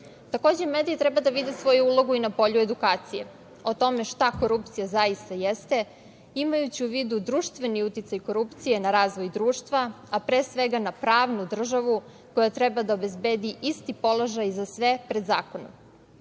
korupcije. Mediji treba da vide svoju ulogu i na polju edukacije o tome šta korupcija zaista jeste, imajući u vidu društveni uticaj korupcije na razvoj društva, a pre svega na pravnu državu koja treba da obezbedi isti položaj za sve pred zakonom.Međutim,